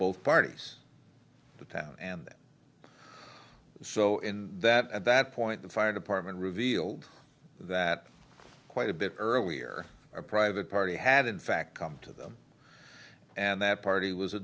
both parties the town and so in that at that point the fire department revealed that quite a bit earlier a private party had in fact come to them and that party was a